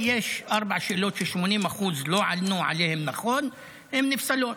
יש ארבע שאלות ש-80% לא ענו עליהן נכון והן נפסלות.